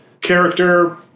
character